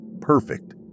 Perfect